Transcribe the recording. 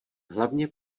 hlavně